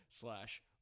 slash